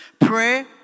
pray